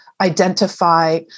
identify